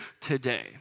today